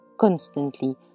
constantly